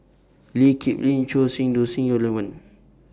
Lee Kip Lin Choor Singh Sidhu Lee Wen